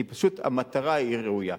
כי פשוט, המטרה היא ראויה.